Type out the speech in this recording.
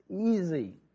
easy